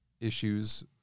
issues